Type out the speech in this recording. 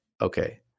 Okay